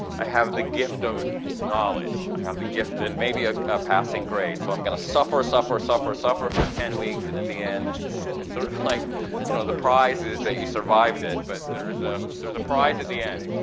i have the gift of knowledge. i have the gift, and maybe a passing grade, so i'm going to suffer, suffer, suffer, suffer for ten weeks and at the end it's sort of like you know the prize is that you survived it, but there is ah a prize at the end.